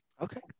Okay